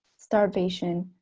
starvation,